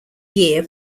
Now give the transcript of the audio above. year